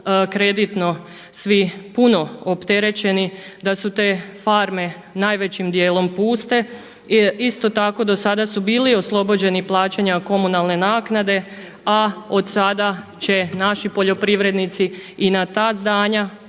kreditno svi puno opterećeni, da su te farme najvećim dijelom puste. Isto tako do sada su bili oslobođeni plaćanja komunalne naknade, a od sada će naši poljoprivrednici i na ta zdanja